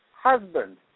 husband